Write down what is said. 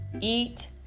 eat